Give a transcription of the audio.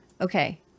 Okay